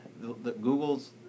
Google's